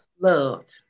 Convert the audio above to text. loved